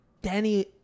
Danny